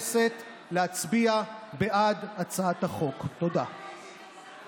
רוב המתמודדים עם הפרעת ההתמכרות סובלים